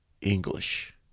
English